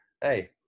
Hey